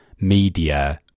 media